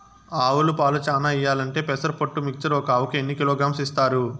ఆవులు పాలు చానా ఇయ్యాలంటే పెసర పొట్టు మిక్చర్ ఒక ఆవుకు ఎన్ని కిలోగ్రామ్స్ ఇస్తారు?